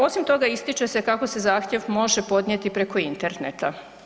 Osim toga, ističe se kako se zahtjev može podnijeti preko interneta.